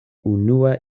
unua